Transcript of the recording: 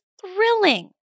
thrilling